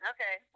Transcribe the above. Okay